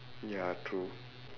ya true